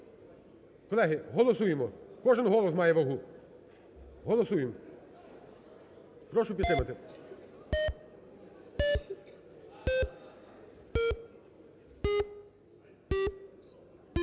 Колеги, голосуємо, кожний голос має вагу. Голосуємо. Прошу підтримати.